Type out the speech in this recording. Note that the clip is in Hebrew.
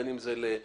בין אם זה למסים,